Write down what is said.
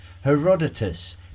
Herodotus